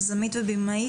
יזמית ובמאית,